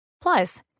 Plus